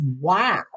Wow